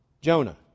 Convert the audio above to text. Jonah